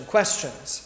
Questions